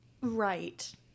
Right